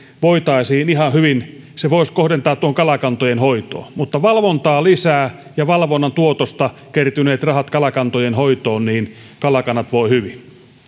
voisi ihan hyvin kohdentaa kalakantojen hoitoon mutta valvontaa lisää ja valvonnan tuotosta kertyneet rahat kalakantojen hoitoon niin kalakannat voivat hyvin